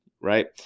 right